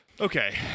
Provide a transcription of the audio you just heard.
Okay